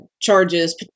charges